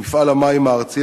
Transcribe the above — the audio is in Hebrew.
מפעל המים הארצי,